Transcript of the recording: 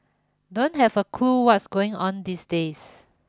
don't have a clue what's going on these days